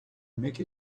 make